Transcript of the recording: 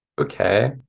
okay